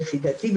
לפי דעתי,